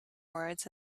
words